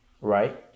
Right